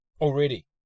already